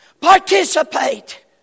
Participate